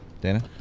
Dana